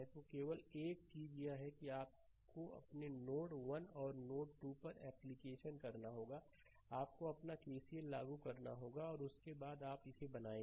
तो केवल एक चीज यह है कि आपको अपने नोड 1 और नोड 2 पर एप्लीकेशन करना होगा आपको अपना केसीएल लागू करना होगा और उसके बाद आप इसे बनाएंगे